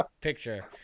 picture